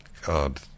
God